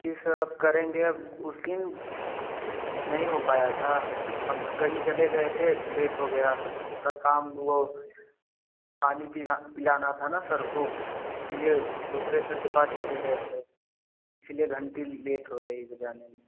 जी sir अब करेंगे अब उस दिन नहीं हो पाया था हम कहीं चले गए थे तो लेट हो गया थोड़ा काम वो पानी पीना पिलाना था ना सर को इसीलिए दूसरे सर के पास चले गए थे इसीलिए घंटी लेट हो गयी बजाने में